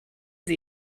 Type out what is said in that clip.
sie